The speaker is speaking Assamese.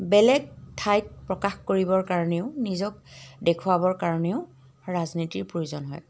বেলেগ ঠাইত প্ৰকাশ কৰিবৰ কাৰণেও নিজক দেখুৱাবৰ কাৰণেও ৰাজনীতিৰ প্ৰয়োজন হয়